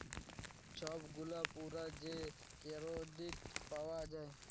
ছব গুলা পুরা যে কেরডিট পাউয়া যায়